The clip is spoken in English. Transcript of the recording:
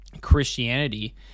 Christianity